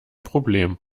problem